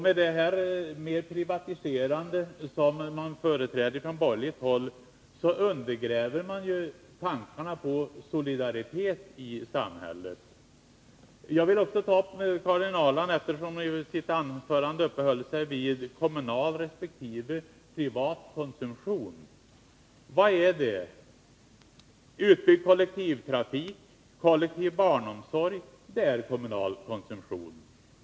Med ett ökat privatiserande, som man företräder från borgerligt håll, undergrävs tankarna på solidaritet i samhället. I sitt anförande uppehöll sig Karin Ahrland också vid kommunal resp. privat konsumtion. Vad är det? Utbyggd kollektivtrafik och kollektiv barnomsorg är kommunal konsumtion.